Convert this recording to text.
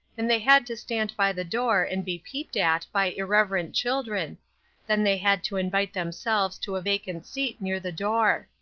and they had to stand by the door and be peeped at by irreverent children then they had to invite themselves to a vacant seat near the door.